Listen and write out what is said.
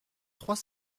trois